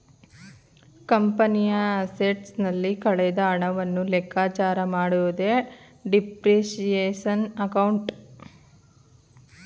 ಕಂಪನಿಯ ಅಸೆಟ್ಸ್ ನಲ್ಲಿ ಕಳೆದ ಹಣವನ್ನು ಲೆಕ್ಕಚಾರ ಮಾಡುವುದೇ ಡಿಪ್ರಿಸಿಯೇಶನ್ ಅಕೌಂಟ್